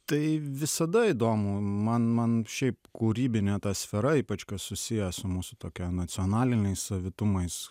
tai visada įdomu man man šiaip kūrybinė ta sfera ypač kas susiję su mūsų tokia nacionaliniais savitumais